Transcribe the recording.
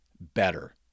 better